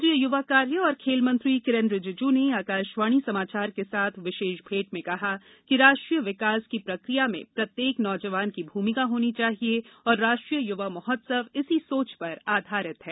केन्द्रीय युवा कार्य और खेल मंत्री किरेन रिजिजू ने आकाशवाणी समाचार के साथ विशेष मेंट में कहा कि राष्ट्रीय विकास की प्रक्रिया में प्रत्येक नौजवान की भूमिका होनी चाहिए और राष्ट्रीय युवा महोत्सव इसी सोच पर आधारित है